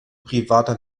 privater